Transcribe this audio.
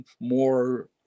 more